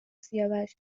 سیاوش